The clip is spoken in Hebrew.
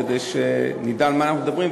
כדי שנדע על מה אנחנו מדברים,